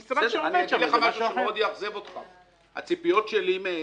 אגיד לך משהו שיאכזב אותך מאוד: הציפיות שלי מהם,